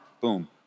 boom